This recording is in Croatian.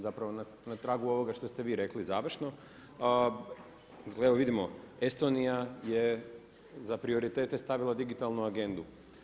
Zapravo na tragu ovoga što ste vi rekli završno, vidimo Estonija je za prioritete stavila digitalnu agendu.